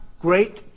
great